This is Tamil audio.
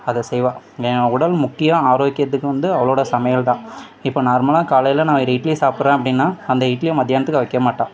அதை செய்வாள் என் உடல் முக்கியம் ஆரோக்கியத்துக்கு வந்து அவளோடய சமையல்தான் இப்போ நார்மலாக காலையில் நான் ஒரு இட்லியை சாப்பிட்றேன் அப்படின்னா அந்த இட்லியை மத்தியானத்துக்கு அவள் வைக்கமாட்டாள்